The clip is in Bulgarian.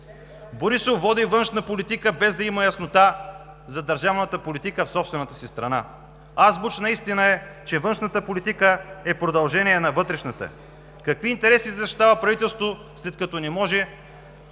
Борисов води външна политика без да има яснота за държавната политика в собствената си страна. Азбучна истина е, че външната политика е продължение на вътрешната. Какви интереси защитава правителството, след като не може